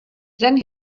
then